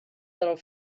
little